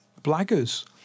blaggers